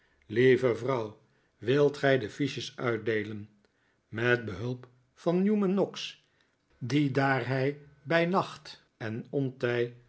lieve vrouw wilt gij de fiches uitdeelen met behulp van newman noggs die daar hij bij nacht en ontij